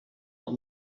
but